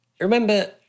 Remember